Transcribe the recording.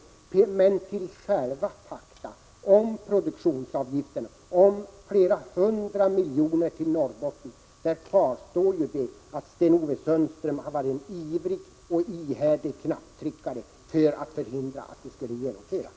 Men faktum kvarstår att när det gäller en produktionsavgift på flera hundra miljoner till Norrbotten har Sten-Ove Sundström varit en ivrig och ihärdig knapptryckare för att förhindra att en sådan genomförs.